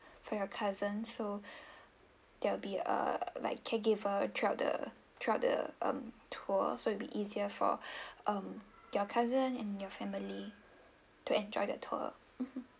for your cousin so there will be uh like caregiver throughout the throughout the mm tour so it'll be easier for um your cousin and your family to enjoy the tour mmhmm